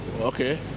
Okay